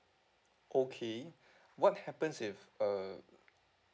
okay what happens if uh